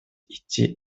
идти